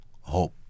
hope